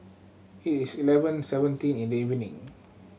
it is eleven seventeen in the evening